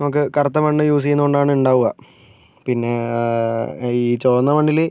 നമുക്ക് കറുത്ത മണ്ണ് യൂസ് ചെയ്യുന്നത് കൊണ്ടാണ് ഉണ്ടാകുക പിന്നെ ഈ ചുവന്ന മണ്ണിൽ